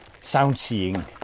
sound-seeing